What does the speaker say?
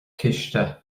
chiste